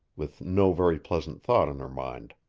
with no very pleasant thought on her mind.